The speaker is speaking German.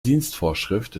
dienstvorschrift